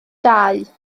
dau